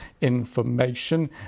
information